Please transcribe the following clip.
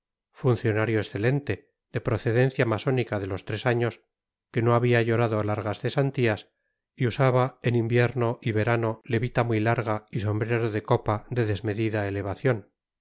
funcionario excelente de procedencia masónica de los tres años que no había llorado largas cesantías y usaba en invierno y verano levita muy larga y sombrero de copa de desmedida elevación